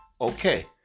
okay